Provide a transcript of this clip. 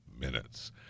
minutes